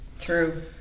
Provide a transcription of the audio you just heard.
True